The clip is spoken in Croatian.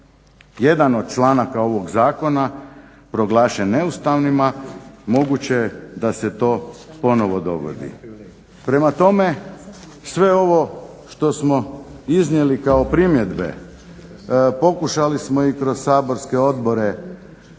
jedan od članaka ovog zakona proglašen neustavnima moguće je da se to ponovno dogodi. Prema tome sve ovo što smo iznijeli kao primjedbe pokušali smo i kroz saborske odbore